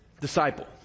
disciple